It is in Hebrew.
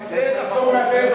תצא, תצא החוצה.